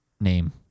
name